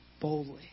boldly